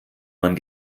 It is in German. man